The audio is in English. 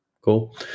Cool